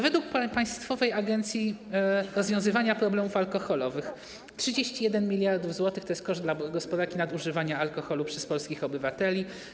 Według Państwowej Agencji Rozwiązywania Problemów Alkoholowych 31 mld zł to koszt dla gospodarki wynikający z nadużywania alkoholu przez polskich obywateli.